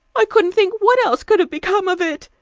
i couldn't think what else could have become of it,